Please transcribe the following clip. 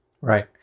Right